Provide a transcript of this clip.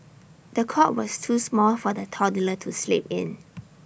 the cot was too small for the toddler to sleep in